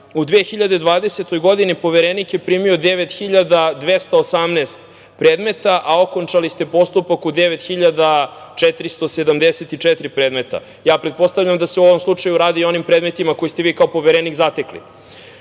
2020. godini Poverenik je primio 9.218 predmeta a okončali ste postupak u 9.474 predmeta. Ja pretpostavljam da se u ovom slučaju radi i o onim predmetima koje ste vi kao Poverenik zatekli. Posebno